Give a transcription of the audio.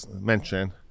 mention